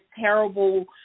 terrible